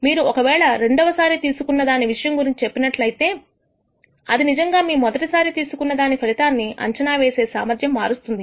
మీరు ఒకవేళ రెండవ సారి తీసుకున్న దాని విషయం గురించి చెప్పినట్లయితే అది నిజంగా మీ మొదటిసారి తీసుకున్న దాని ఫలితాన్ని అంచనా వేసే సామర్థ్యాన్ని మారుస్తుంది